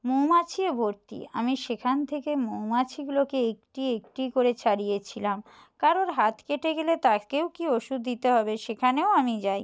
মৌমাছিতে ভর্তি আমি সেখান থেকে মৌমাছিগুলোকে একটি একটি করে ছাড়িয়েছিলাম কারোর হাত কেটে গেলে তাকেও কী ওষুধ দিতে হবে সেখানেও আমি যাই